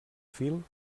fil